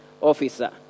officer